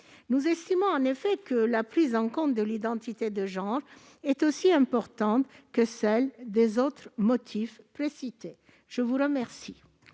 Nous estimons en effet que la prise en compte de l'identité de genre est aussi importante que celle des autres motifs précités. Quel